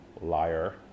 Liar